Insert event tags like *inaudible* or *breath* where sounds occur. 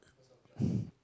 *breath*